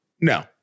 No